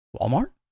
Walmart